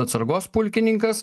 atsargos pulkininkas